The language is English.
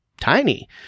tiny